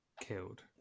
killed